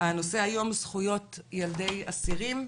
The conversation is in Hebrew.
הנושא היום זכויות ילדי אסירים.